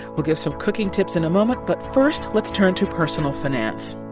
we'll give some cooking tips in a moment, but first, let's turn to personal finance